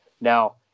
Now